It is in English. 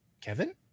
Kevin